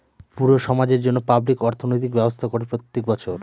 পুরো সমাজের জন্য পাবলিক অর্থনৈতিক ব্যবস্থা করে প্রত্যেক বছর